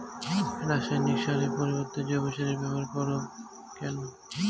রাসায়নিক সারের পরিবর্তে জৈব সারের ব্যবহার করব কেন?